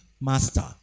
master